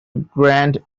grand